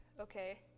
okay